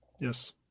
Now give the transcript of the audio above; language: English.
Yes